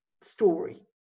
story